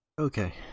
Okay